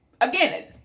again